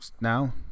now